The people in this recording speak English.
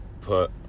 put